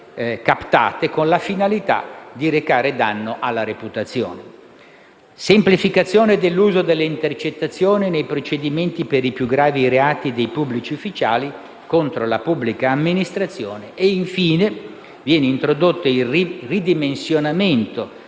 semplificato l'uso delle intercettazioni nei procedimenti per i più gravi reati dei pubblici ufficiali contro la pubblica amministrazione